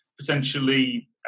potentially